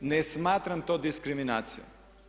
Ne smatram to diskriminacijom.